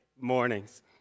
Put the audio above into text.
mornings